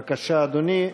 בבקשה, אדוני.